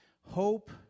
hope